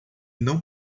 não